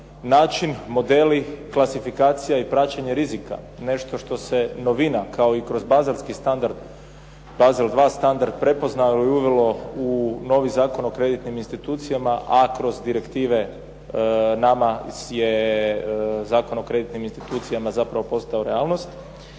način, modeli, klasifikacija i praćenje rizika nešto što se novina kao i kroz baselski standard, Basel II standard prepoznao i uvelo u novi Zakon o kreditnim institucijama, a kroz direktive nama je Zakon o kreditnim institucijama zapravo postao realnost.